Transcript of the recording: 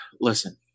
Listen